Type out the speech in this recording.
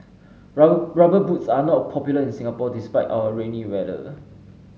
rubber boots are not popular in Singapore despite our rainy weather